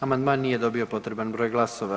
Amandman nije dobio potreban broj glasova.